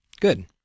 Good